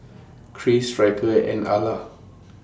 Kris Ryker and Ala